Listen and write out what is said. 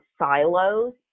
silos